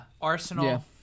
Arsenal